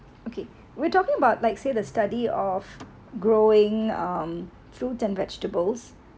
okay we're talking about like say the study of growing um fruit and vegetables